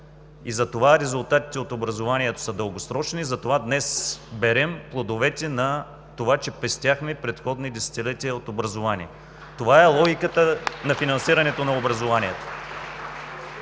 Затова резултатите от образованието са дългосрочни, затова днес берем плодовете на това, че пестяхме в предходните десетилетия от образование. (Ръкопляскания от ГЕРБ.) Това е логиката на финансиране на образованието.